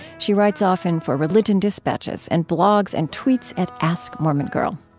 she writes often for religion dispatches and blogs and tweets at ask mormon girl.